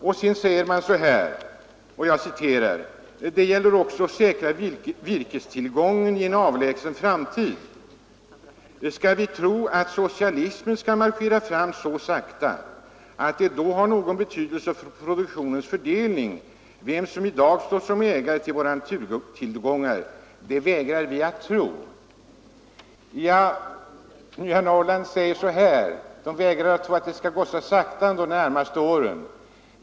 Tidningen skriver vidare: Det gäller också att ”säkra virkestillgången i en avlägsen framtid, fyrtio år framåt i tiden. Skall vi tro att socialismen skall marschera fram så sakta att det då har någon betydelse för produktionens fördelning vem som i dag står som ägare till våra naturtillgångar? Det vägrar vi att tro.” Nya Norrland säger alltså att man vägrar tro att det skall gå så sakta under de närmaste åren.